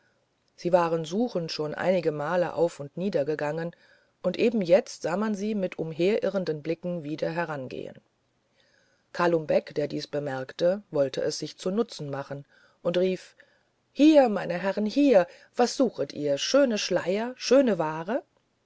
sie waren suchend schon einigemal auf und nieder gegangen und eben jetzt sah man sie mit umherirrenden blicken wieder herabgehen kalum beck der dies bemerkte wollte es sich zu nutzen machen und rief hier meine herren hier was suchet ihr schöne schleier schöne ware